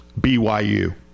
BYU